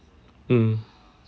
mm